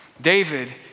David